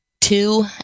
two